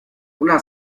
una